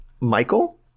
Michael